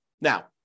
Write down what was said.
Now